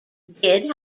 did